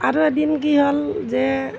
আৰু এদিন কি হ'ল যে